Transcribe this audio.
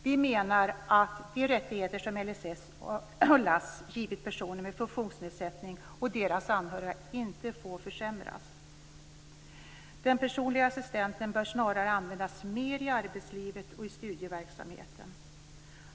Vi menar att de rättigheter som LSS och LASS givit personer med funktionsnedsättning och deras anhöriga inte får försämras. Den personliga assistenten bör snarare användas mer i arbetslivet och i studieverksamheten.